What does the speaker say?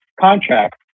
contract